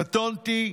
קטונתי.